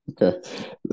Okay